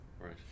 Right